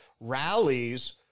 rallies